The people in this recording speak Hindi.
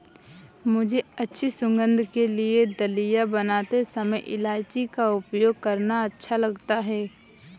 मुझे अच्छी सुगंध के लिए दलिया बनाते समय इलायची का उपयोग करना अच्छा लगता है